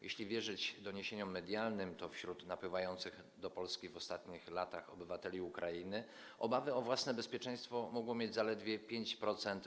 Jeśli wierzyć doniesieniom medialnym, to z napływających do Polski w ostatnich latach obywateli Ukrainy obawy o własne bezpieczeństwo mogło mieć zaledwie 5%.